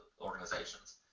organizations